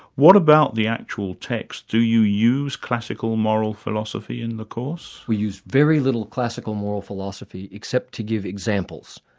what about the actual text, do you use classical moral philosophy in the course? we use very little classical moral philosophy, except to give examples.